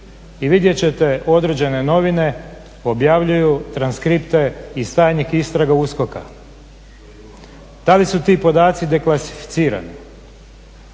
i vidjet ćete određene novine objavljuju transkripte iz tajnih istraga USKOK-a. Da li su ti podaci deklasificirani,